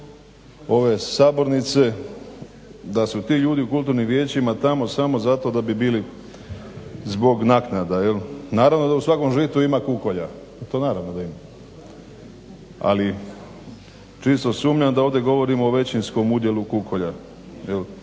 ove sabornice, da su ti ljudi u kulturnim vijećima tamo samo zato da bi bili zbog naknada. Naravno da u svakom žitu ima kukolja, to naravno da ima, ali čisto sumnjam da ovdje govorimo o većinskom udjelu kukolja.